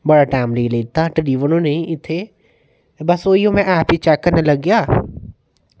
बड़ा टाईम लेई लैता इत्थें ते बस ओही में एप गी चैक करन लग्गेआ